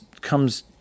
comes